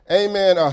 amen